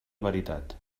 veritat